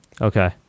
Okay